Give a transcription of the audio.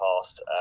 past